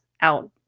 out